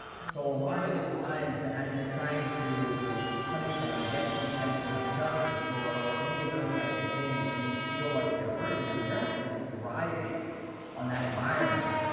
so a lot of the times, as you're trying to you know punish them or get some sense of justice, or or any of those types of things, and you feel like you're hurting them, they're actually thriving on that environment.